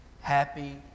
happy